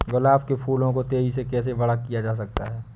गुलाब के फूलों को तेजी से कैसे बड़ा किया जा सकता है?